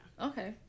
okay